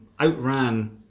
outran